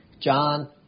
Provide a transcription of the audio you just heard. John